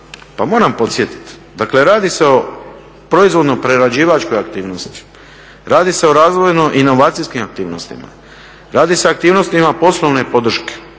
pa moram podsjetiti, dakle radi se o proizvodno prerađivačkoj aktivnosti, radi se o razvojno inovacijskim aktivnostima, radi se o aktivnostima poslovne podrške,